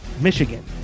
Michigan